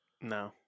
no